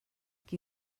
qui